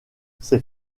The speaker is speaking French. ces